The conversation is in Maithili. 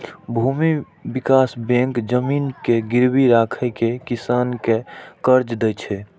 भूमि विकास बैंक जमीन के गिरवी राखि कें किसान कें कर्ज दै छै